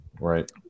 Right